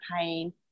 pain